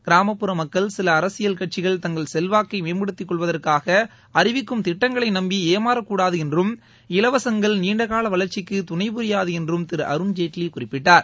கிராமப்புற மக்கள் சில அரசியல் கட்சிகள் தங்கள் செல்வாக்கை மேம்படுத்திகொள்வதற்காக அறிவிக்கும் திட்டங்களை நம்பி ஏமாறக்கூடாது என்றும் இலவசங்கள் நீண்ட கால வளர்ச்சிக்கு துணைபுரியாது என்றும் திரு அருண்ஜேட்லி குறிப்பிட்டார்